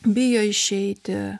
bijo išeiti